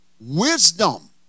wisdom